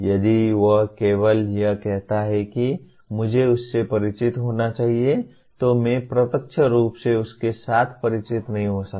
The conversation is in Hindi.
यदि वह केवल यह कहता है कि मुझे उससे परिचित होना चाहिए तो मैं प्रत्यक्ष रूप से उसके साथ परिचित नहीं हो सकता